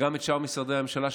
וגם שאר משרדי הממשלה,